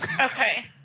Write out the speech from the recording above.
Okay